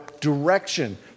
direction